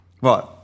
Right